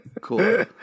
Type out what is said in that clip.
Cool